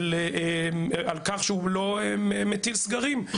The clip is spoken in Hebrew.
על כך שהוא לא מטיל סגרים.